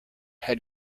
head